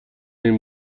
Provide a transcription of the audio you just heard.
این